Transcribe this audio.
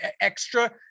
extra